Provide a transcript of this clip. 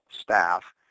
staff